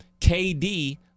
KD